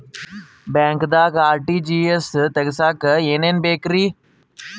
ಬ್ಯಾಂಕ್ದಾಗ ಆರ್.ಟಿ.ಜಿ.ಎಸ್ ತಗ್ಸಾಕ್ ಏನೇನ್ ಬೇಕ್ರಿ?